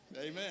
Amen